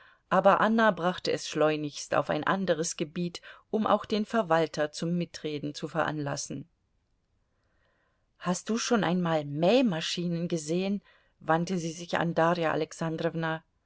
aber anna brachte es schleunigst auf ein anderes gebiet um auch den verwalter zum mitreden zu veranlassen hast du schon einmal mähmaschinen gesehen wandte sie sich an darja alexandrowna